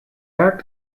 act